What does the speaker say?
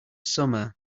summer